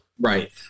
Right